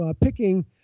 picking